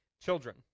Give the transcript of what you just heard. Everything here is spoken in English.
Children